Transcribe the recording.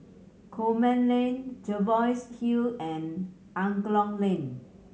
Coleman Lane Jervois Hill and Angklong Lane